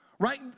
Right